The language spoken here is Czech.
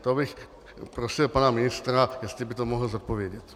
To bych prosil pana ministra, jestli by to mohl zodpovědět.